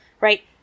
right